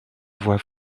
voie